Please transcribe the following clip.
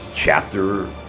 chapter